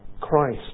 Christ